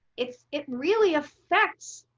it's it really affects